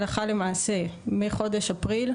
הלכה למעשה מחודש אפריל,